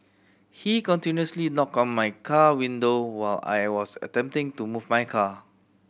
he continuously knocked on my car window while I was attempting to move my car